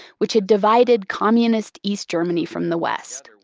which had divided communist east germany from the west.